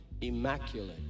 immaculate